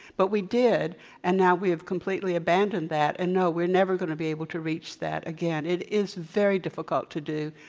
but we did and now we have completely abandoned that. and no, we're never going to be able to reach that again. it is very difficult to do.